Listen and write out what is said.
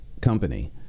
company